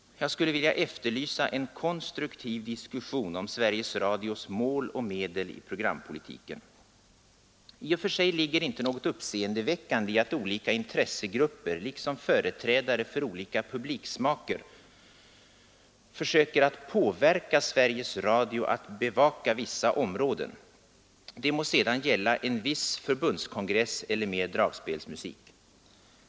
Jag skulle vilja efterlysa en konstruktiv diskussion om Sveriges Radios mål och medel i programpolitiken. I och för sig ligger det inte något uppseendeväckande i att olika intressegrupper liksom företrädare för olika publiksmaker försöker påverka Sveriges Radio att bevaka vissa områden, det må sedan gälla en viss förbundskongress eller mer dragspelsmusik.